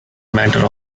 matter